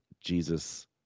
Jesus